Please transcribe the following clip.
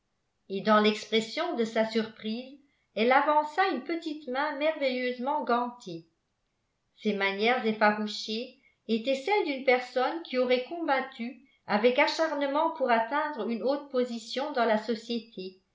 et dans l'expression de sa surprise elle avança une petite main merveilleusement gantée ses manières effarouchées étaient celles d'une personne qui aurait combattu avec acharnement pour atteindre une haute position dans la société